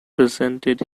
presented